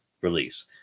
release